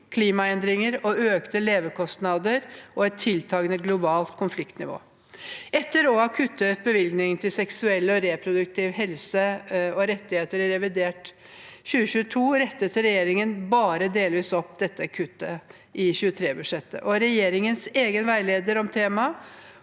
klimaendringer, økte levekostnader og et tiltakende globalt konfliktnivå. Etter å ha kuttet bevilgningene til seksuell og reproduktiv helse og rettigheter i revidert nasjonalbudsjett 2022 rettet regjeringen bare delvis opp dette kuttet i budsjettet for 2023. Regjeringens egen veileder